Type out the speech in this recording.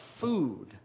food